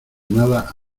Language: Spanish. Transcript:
nada